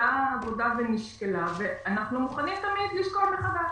שנעשתה עבודה ונשקלה ואנחנו תמיד מוכנים לשקול מחדש,